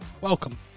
welcome